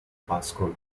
pascolo